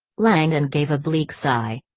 langdon gave a bleak sigh.